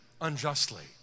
unjustly